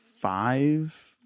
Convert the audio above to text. five